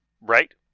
right